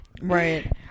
right